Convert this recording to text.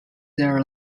their